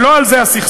שלא על זה הסכסוך.